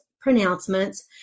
pronouncements